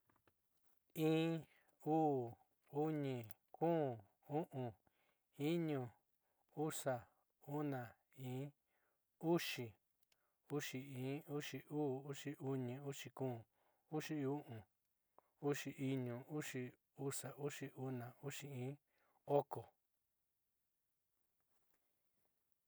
In, u'u, uni, kun, u'un, iñu, usa. una in, uxi, uxi in, uxi uu, uxi uni, uxi kun, uxi u'un, uxi iñu, uxi usa, uxi una, uxi in, oko.